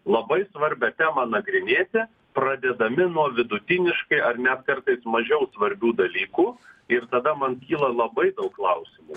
labai svarbią temą nagrinėti pradėdami nuo vidutiniškai ar net kartais mažiau svarbių dalykų ir tada man kyla labai daug klausimų